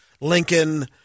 Lincoln